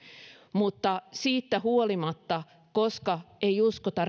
mutta siitä huolimatta koska ei uskota